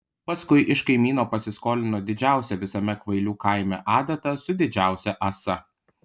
paskui iš kaimyno pasiskolino didžiausią visame kvailių kaime adatą su didžiausia ąsa